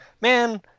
man